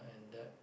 in that